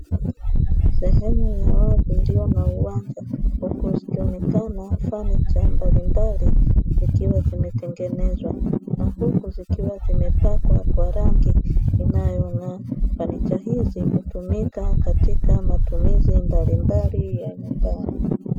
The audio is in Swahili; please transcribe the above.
Sehemu ya wazi iliyo na uwanja huku zinaonekana fanicha mbalimbali, zikiwa zimetengenezwa na huku zikiwa zimepakwa kwa rangi inayong'aa. Fanicha hizi hutumika katika matumizi mbalimbali ya nyumbani.